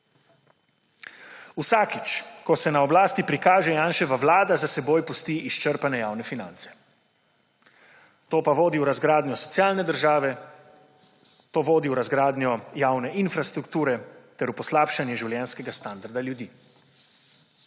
Vsakič ko se na oblasti prikaže Janševa vlada, za seboj pusti izčrpane javne finance. To pa vodi v razgradnjo socialne države, to vodi v razgradnjo javne infrastrukture ter v poslabšanje življenjskega standarda ljudi.